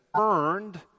earned